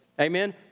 amen